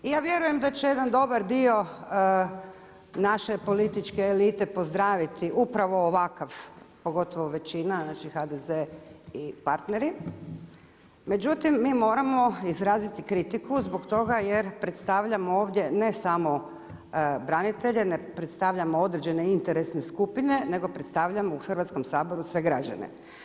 I ja vjerujem da će jedan dobar dio naše političke elite pozdraviti upravo ovakav pogotovo većina, znači HDZ i partneri, međutim mi moramo izraziti kritiku zbog toga jer predstavljamo ovdje ne samo branitelje, ne predstavljamo određene interesne skupine nego predstavljamo u Hrvatskom saboru sve građane.